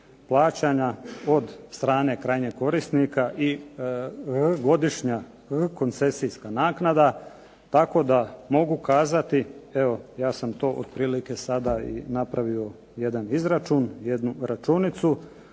plaćanja od strane krajnjeg korisnika i godišnja koncesijska naknada tako da mogu kazati, evo ja sam to otprilike sada i napravio jedan izračun, jednu računicu